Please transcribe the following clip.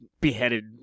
beheaded